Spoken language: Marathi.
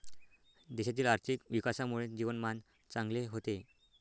देशातील आर्थिक विकासामुळे जीवनमान चांगले होते